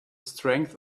strength